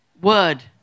word